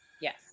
yes